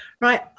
Right